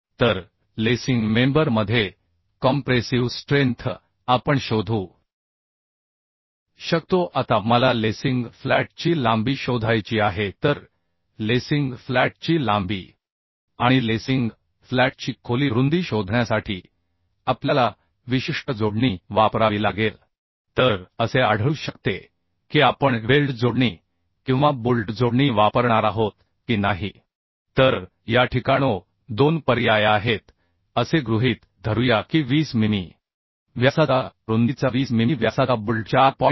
तर lacing member मध्ये compressive strength आपण शोधू शकतो आता मला लेसिंग फ्लॅटची लांबी शोधायची आहे तर लेसिंग फ्लॅटची लांबी आणि लेसिंग फ्लॅटची खोली रुंदी शोधण्यासाठी आपल्याला विशिष्ट जोडणी वापरावी लागेल तर असे आढळू शकते की आपण वेल्ड जोडणी किंवा बोल्ट जोडणी वापरणार आहोत की नाही तर या ठिकाणो दोन पर्याय आहेत असे गृहीत धरूया की 20 मिमी व्यासाचा रुंदीचा 20 मिमी व्यासाचा बोल्ट 4 आहे